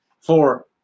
Four